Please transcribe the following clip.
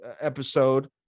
episode